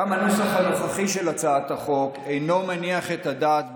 גם הנוסח הנוכחי של הצעת החוק אינו מניח את הדעת,